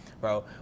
bro